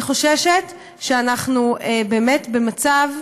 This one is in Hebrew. אני חוששת שאנחנו באמת במצב,